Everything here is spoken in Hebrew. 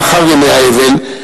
לאחר ימי האבל,